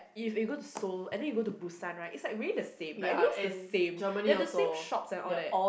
if you go to Seoul and then you go to Busan right it's like really the same like it looks the same they have the same shops and all that